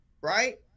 right